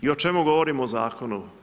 I o čemu govorimo u zakonu?